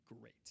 great